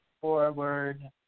forward